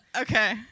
Okay